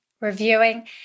reviewing